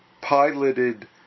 piloted